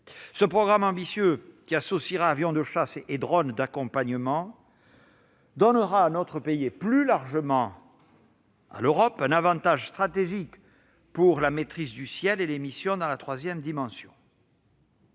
Ce programme ambitieux, qui combinera avions de chasse et drones d'accompagnement, donnera à nos pays et, plus largement, à l'Europe un avantage stratégique pour la maîtrise du ciel et les missions dans la troisième dimension.